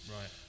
right